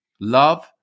love